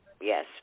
Yes